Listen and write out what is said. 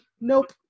Nope